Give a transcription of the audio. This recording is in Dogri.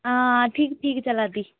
हां ठीक ठीक चला दी